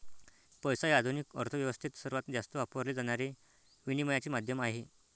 पैसा हे आधुनिक अर्थ व्यवस्थेत सर्वात जास्त वापरले जाणारे विनिमयाचे माध्यम आहे